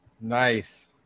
Nice